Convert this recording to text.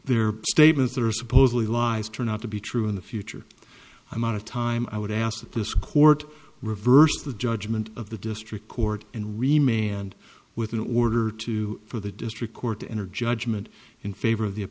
their statements that are supposedly lies turn out to be true in the future amount of time i would ask that this court reverse the judgment of the district court and remain and with an order to for the district court to enter judgment in favor of the